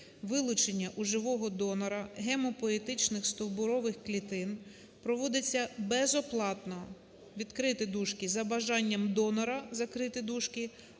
"Вилучення у живого донора гемопоетичних стовбурових клітин проводиться безоплатно, відкрити дужки, (за бажанням донора), закрити дужки,